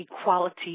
equality